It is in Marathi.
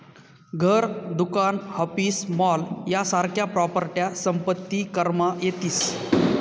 घर, दुकान, ऑफिस, मॉल यासारख्या प्रॉपर्ट्या संपत्ती करमा येतीस